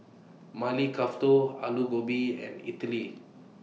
Maili Kofta Alu Gobi and Idili